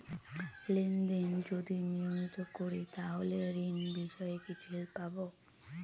Lane দেন যদি নিয়মিত করি তাহলে ঋণ বিষয়ে কিছু হেল্প পাবো?